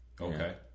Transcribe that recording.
okay